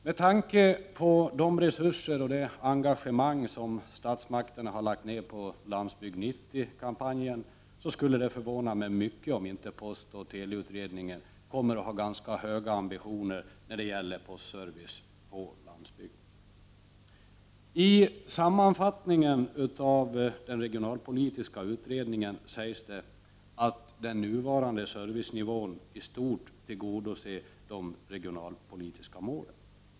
Med tanke på de resurser och det engagemang som statsmakterna har lagt ned på Landsbygd 90-kampanjen skulle det förvåna mig mycket om inte postoch teleutredningen kommer att ha ganska stora ambitioner när det gäller postservice på landsbygden. I sammanfattningen av den regionalpolitiska utredningen sägs det att den nuvarande servicenivån i stort tillgodoser de regionalpolitiska målen.